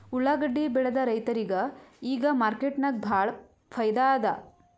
ಉಳ್ಳಾಗಡ್ಡಿ ಬೆಳದ ರೈತರಿಗ ಈಗ ಮಾರ್ಕೆಟ್ನಾಗ್ ಭಾಳ್ ಫೈದಾ ಅದಾ